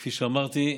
כפי שאמרתי,